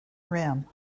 rim